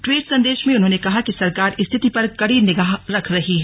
tweet संदेश में उन्होंने कहा है कि सरकार स्थिति पर कड़ी निगाह रख रही है